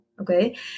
okay